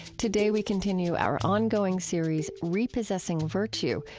today, we continue our ongoing series, repossessing virtue,